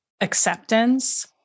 acceptance